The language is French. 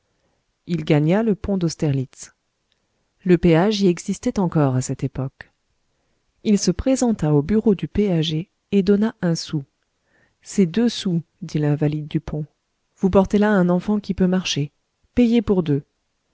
il gagna le pont d'austerlitz le péage y existait encore à cette époque il se présenta au bureau du péager et donna un sou c'est deux sous dit l'invalide du pont vous portez là un enfant qui peut marcher payez pour deux